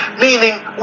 meaning